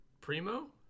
Primo